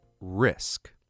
risk